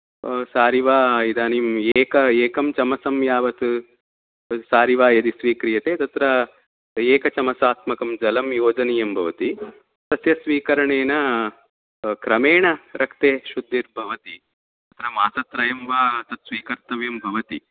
सारिवा इदानीं एक एकं चमसं यावत् तत् सारिवा यदि स्वीक्रियते तत्र एकचमसात्मकं जलं योजनीयं भवति तस्य स्वीकरणेन क्रमेण रक्ते शुद्धिर्भवति तत्र मासत्रयं वा स्वीकर्तव्यं भवति